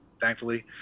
thankfully